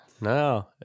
No